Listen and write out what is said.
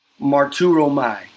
marturomai